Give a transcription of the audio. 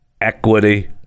equity